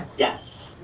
yes.